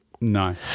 No